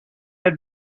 have